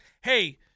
hey